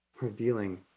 revealing